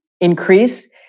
increase